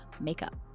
makeup